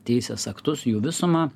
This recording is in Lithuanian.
teisės aktus jų visuma